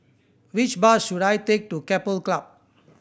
which bus should I take to Keppel Club